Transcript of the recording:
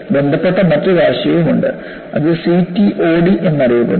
ബന്ധപ്പെട്ട മറ്റൊരു ആശയവും ഉണ്ട് അത് CTOD എന്നറിയപ്പെടുന്നു